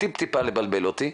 קצת לבלבל אותי,